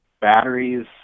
batteries